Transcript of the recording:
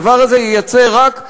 הדבר הזה ייצר רק בלבול,